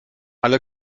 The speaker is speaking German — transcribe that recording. alle